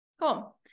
Cool